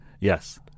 Yes